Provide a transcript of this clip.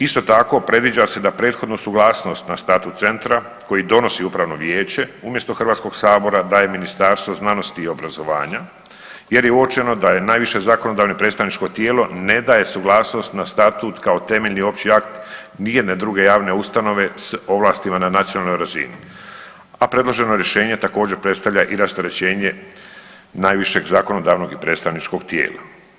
Isto tako, predviđa se da prethodnu suglasnost na statut centra koji donosi upravno vijeće umjesto Hrvatskog sabora daje Ministarstvo znanosti i obrazovanja jer je uočeno da je najviše zakonodavno i predstavničko tijelo ne daje suglasnost na statut kao temeljni opći akt nijedne druge javne ustanove s ovlastima na nacionalnoj razini, a predloženo rješenje također predstavlja i rasterećenje najvišeg zakonodavnog i predstavničkog tijela.